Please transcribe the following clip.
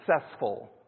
successful